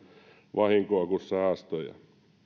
vahinkoja kuin säästöjä